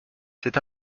c’est